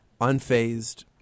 unfazed